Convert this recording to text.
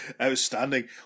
Outstanding